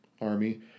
Army